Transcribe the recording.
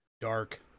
dark